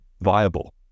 viable